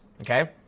okay